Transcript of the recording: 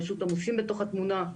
רשות הנושים בתוך התמונה.